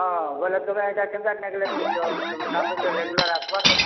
ହଁ ବେଲେ ତମେ ଇଟା କେନ୍ତା ନେଗ୍ଲେଟ୍ କରୁଛ ତମେ କାମ୍ ରେଗୁଲାର୍ ଆସବାର୍ କଥା ନା